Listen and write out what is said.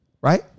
Right